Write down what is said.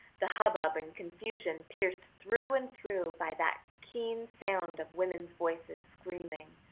the hubbub and confusion pierced through and through by that keen sound of women's voices screaming,